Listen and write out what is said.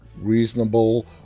reasonable